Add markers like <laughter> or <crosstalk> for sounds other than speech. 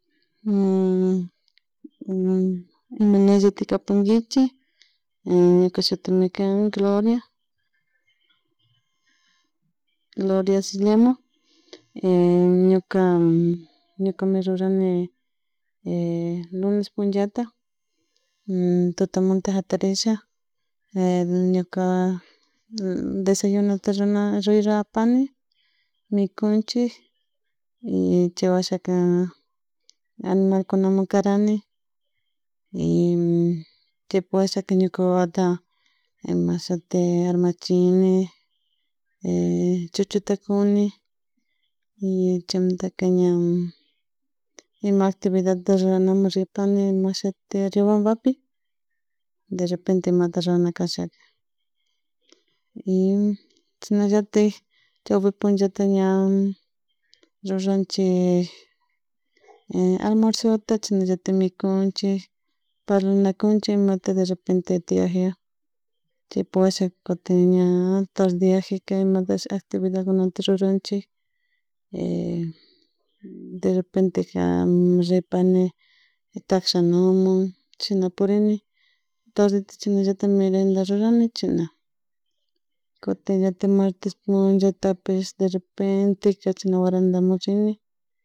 <hesitation> imallatik kapankichik ñuka shitimi kan Gloria Gloria Sislema ñuka mi rruani lunes punchata tutamunta jatarisha ñuka desayunanata rrupakani mikunchik <hesitation> chay washa aminalkunamun karani <hesitation> chapuk washaka ñuka wawata e mashiti armachini chcuta kuni y chaymuunta ña ima actividad ruranamun ripani riobambapi derrepente imata rana casha y shinalaltak chaypi puncha ña <hesitation> ruranchik <hesitation> almuerzota chasnallatik mikunchik parlanakunchik chaypuk washa kutin ña tardeyakjika imatasha actividadkunata rruranchik derrepente ripani takshanamun shina purina tardeta shinallatak merenda rurani chasna kutin llatik martes punllatapish derrepente chasha gurandamun rini